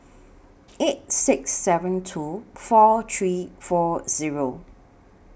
eight six seven two four three four Zero